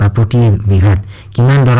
but fifteen game